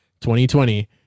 2020